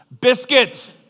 Biscuit